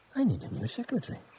i need a new secretary.